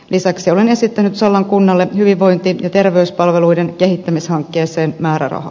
lisäksi olen esittänyt sallan kunnalle hyvinvointi ja terveyspalveluiden kehittämishankkeeseen määrärahaa